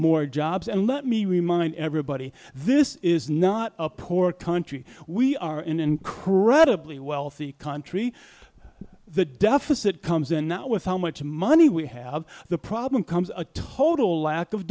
more jobs and let me remind everybody this is not a poor country we are in an incredibly wealthy country the deficit comes in now with how much money we have the problem comes a total lack of